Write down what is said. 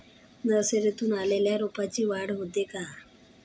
नर्सरीतून आणलेल्या रोपाची वाढ होते का?